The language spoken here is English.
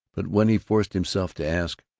but when he forced himself to ask,